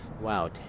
Wow